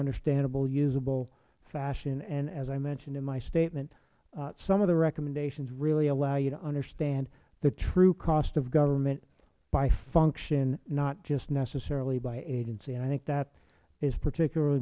understandable usable fashion and as i mentioned in my statement some of the recommendations really allow you to understand the true cost of government by function not just necessarily by agency and i think that is particularly